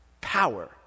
power